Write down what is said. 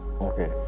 Okay